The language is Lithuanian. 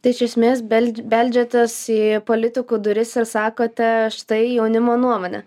tai iš esmės beldž beldžiatės į politikų duris ir sakote štai jaunimo nuomonė